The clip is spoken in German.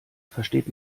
versteht